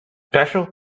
special